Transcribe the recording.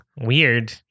Weird